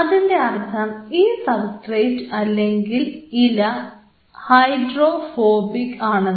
അതിൻറെ അർത്ഥം ഈ സബ്സ്ട്രേറ്റ് അല്ലെങ്കിൽ ഇല ഹൈഡ്രോഫോബിക് ആണെന്ന്